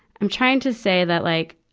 i'm trying to say that like,